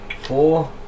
Four